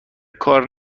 کار